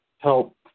help